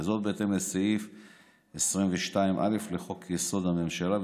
וזאת בהתאם לסעיף 22(א) לחוק-יסוד: הממשלה,